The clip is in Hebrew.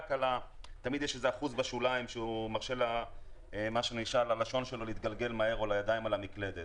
תמיד יש אחוז בשוליים שמרשה ללשון שלו להתגלגל מהר או לידיים על המקלדת,